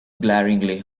glaringly